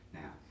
now